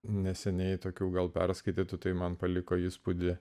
neseniai tokių gal perskaitytų tai man paliko įspūdį